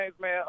man